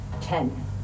Ten